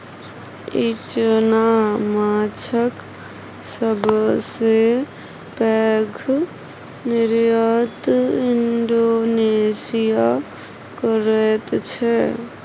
इचना माछक सबसे पैघ निर्यात इंडोनेशिया करैत छै